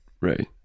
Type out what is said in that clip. right